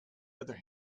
other